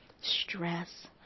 stress